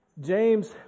James